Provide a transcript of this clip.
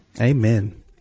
Amen